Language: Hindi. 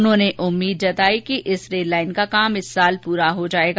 उन्होंने उम्मीद जताई कि इस रेल लाइन का काम इस साल पूरा हो जायेगा